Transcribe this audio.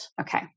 Okay